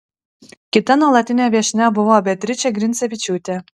kita nuolatinė viešnia buvo beatričė grincevičiūtė